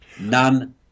None